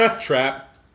trap